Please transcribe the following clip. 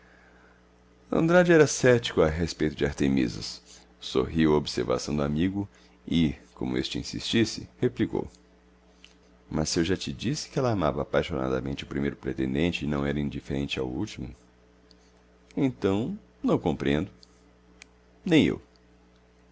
andrade era cético a respeito de artemisas sorriu à observação do amigo e como este insistisse replicou mas se eu já te disse que ela amava apaixonadamente o primeiro pretendente e não era indiferente ao último então não compreendo nem eu